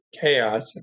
chaos